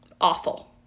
Awful